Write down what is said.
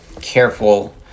careful